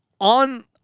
on